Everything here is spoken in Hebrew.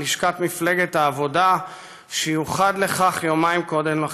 לשכת מפלגת העבודה שיוחד לכך יומיים קודם לכן.